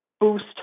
boost